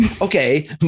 okay